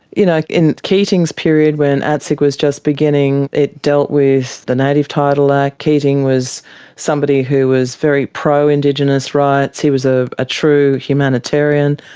you know, in keating's period when atsic was just beginning it dealt with the native title act keating was somebody who was very pro indigenous rights, he was ah a true humanitarian.